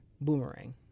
Boomerang